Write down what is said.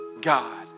God